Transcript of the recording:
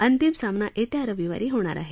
अंतिम सामना येत्या रविवारी होणार आहे